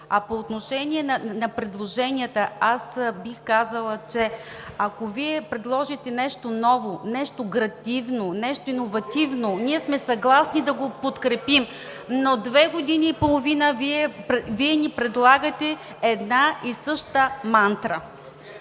По отношение на предложенията бих казала, че ако Вие предложите нещо ново, нещо градивно, нещо иновативно, ние сме съгласни да го подкрепим, но две години и половина ни предлагате една и съща мантра.